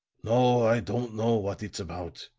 no, i don't know what it's about.